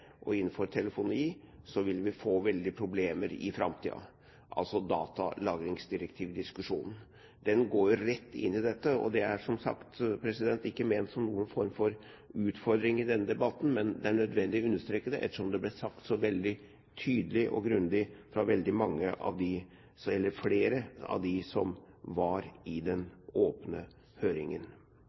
trafikkdata innenfor IKT og telefoni, vil vi få veldige problemer i framtiden – altså diskusjonen om datalagringsdirektivet. Den går rett inn i dette. Det er som sagt ikke ment som noen form for utfordring i denne debatten, men det er nødvendig å understreke det ettersom det ble sagt så veldig tydelig og grundig fra flere av dem som var i den åpne høringen.